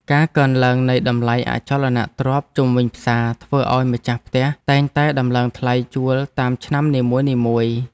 ការកើនឡើងនៃតម្លៃអចលនទ្រព្យជុំវិញផ្សារធ្វើឱ្យម្ចាស់ផ្ទះតែងតែដំឡើងថ្លៃជួលតាមឆ្នាំនីមួយៗ។